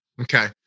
Okay